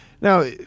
Now